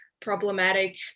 problematic